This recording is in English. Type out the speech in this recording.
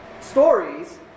stories